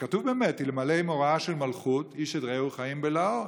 וכתוב באמת: "אלמלא מוראה של מלכות איש את רעהו חיים בלעו",